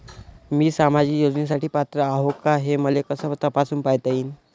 मी सामाजिक योजनेसाठी पात्र आहो का, हे मले कस तपासून पायता येईन?